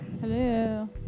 Hello